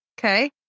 Okay